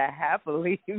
happily